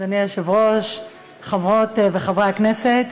אדוני היושב-ראש, חברות וחברי הכנסת,